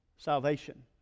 salvation